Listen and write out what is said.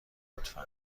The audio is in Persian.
لطفا